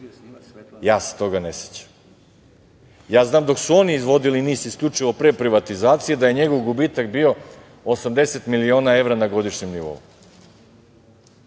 Ja se toga ne sećam. Znam dok su oni izvodili NIS isključivo pre privatizacije da je njegov gubitak bio 80 miliona evra na godišnjem nivou.